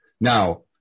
now